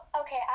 Okay